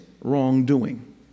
Wrongdoing